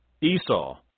Esau